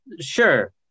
Sure